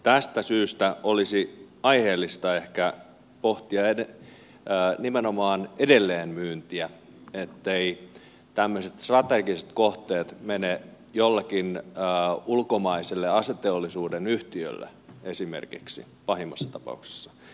tästä syystä olisi aiheellista ehkä pohtia nimenomaan edelleenmyyntiä etteivät tämmöiset strategiset kohteet mene esimerkiksi jollekin ulkomaiselle aseteollisuuden yhtiölle pahimmassa tapauksessa